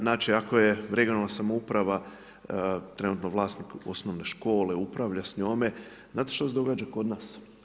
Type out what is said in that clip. Znači ako je regionalna samouprava trenutno vlasnik osnovne škole, upravlja s njome, znate što se događa kod nas?